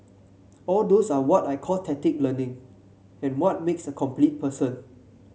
all those are what I call tacit learning and what makes a complete person